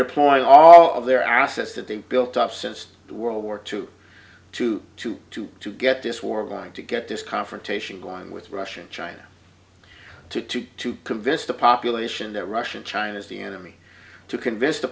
deploying all of their assets that they've built up since world war two to to to to get this war going to get this confrontation gone with russia and china to to try to convince the population that russia china is the enemy to convince the